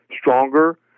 stronger